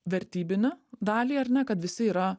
vertybinį dalį ar ne kad visi yra